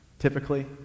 typically